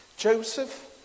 Joseph